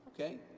Okay